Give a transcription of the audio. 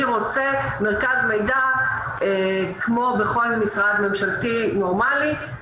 רוצה מרכז מידע כמו בכל משרד ממשלתי נורמלי,